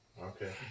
Okay